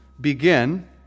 begin